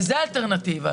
וזה האלטרנטיבה,